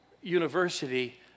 University